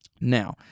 Now